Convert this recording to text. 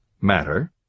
matter